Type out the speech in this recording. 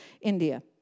India